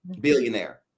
Billionaire